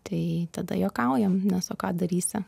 tai tada juokaujam nes o ką darysi